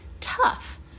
tough